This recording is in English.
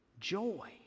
joy